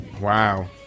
Wow